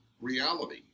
reality